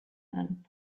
and